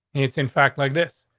it's in fact, like this.